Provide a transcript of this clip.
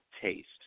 taste